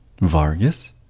Vargas